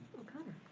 o'connor.